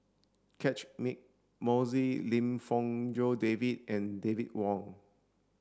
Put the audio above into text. Catchick Moses Lim Fong Jock David and David Wong